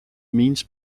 means